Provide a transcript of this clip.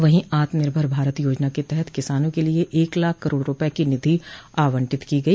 वहीं आत्मनिर्भर भारत योजना के तहत किसानों के लिये एक लाख करोड़ रूपये की निधि आवंटित की गई